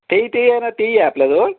तेही ते आहे ना तेही आहे आपल्या जवळ